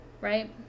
right